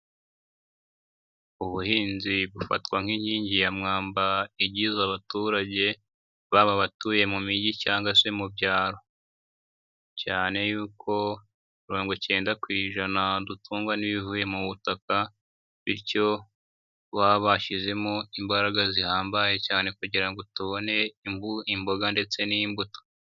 Ubuhinzi bufatwa nk'inkingi ya mwamba igize abaturage baba batuye mu mijyi cyangwa se mu byaro, cyane ko mirongo icyenda ku ijana dutungwa n'ibivuye mu butaka bityo twashyizemo imbaraga zihambaye cyane kugira ngo tubone imboga ndetse n'imbuto.